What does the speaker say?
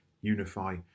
Unify